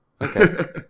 Okay